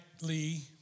Lee